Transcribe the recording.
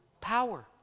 power